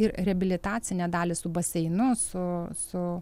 ir reabilitacinę dalį su baseinu su su